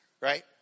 right